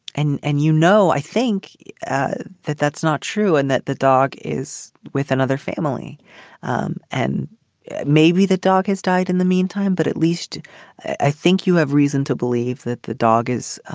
and and, you know, i think that that's not true and that the dog is with another family um and maybe the dog has died in the meantime. but at least i think you have reason to believe that the dog is,